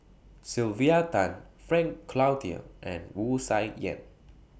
Sylvia Tan Frank Cloutier and Wu Tsai Yen